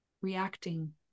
reacting